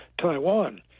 Taiwan